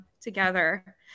together